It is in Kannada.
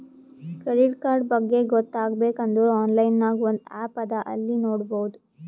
ಕ್ರೆಡಿಟ್ ಕಾರ್ಡ್ ಬಗ್ಗೆ ಗೊತ್ತ ಆಗ್ಬೇಕು ಅಂದುರ್ ಆನ್ಲೈನ್ ನಾಗ್ ಒಂದ್ ಆ್ಯಪ್ ಅದಾ ಅಲ್ಲಿ ನೋಡಬೋದು